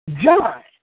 John